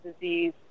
disease